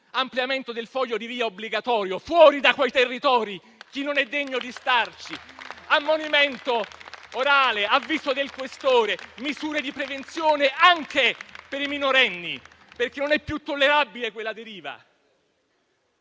ampliamento del foglio di via obbligatorio; fuori da quei territori chi non è degno di starci, ammonimento orale, avviso del questore, misure di prevenzione anche per i minorenni perché non è più tollerabile quella deriva.